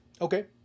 Okay